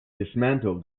dismantled